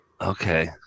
Okay